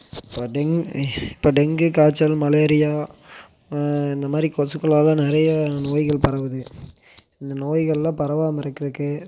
இப்போ டெங் இப்போ டெங்கு காய்ச்சல் மலேரியா இந்தமாதிரி கொசுக்களால் நிறைய நோய்கள் பரவுது இந்த நோய்கள்லாம் பரவாமல் இருக்கிறக்கு